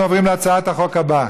אנחנו עוברים להצעת החוק הבאה,